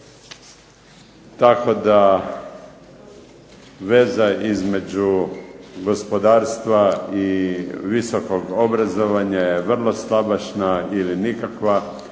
tako da veza između gospodarstva i visokog obrazovanja je vrlo slabašna ili nikakva.